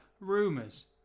rumors